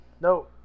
No